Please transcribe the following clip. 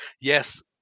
yes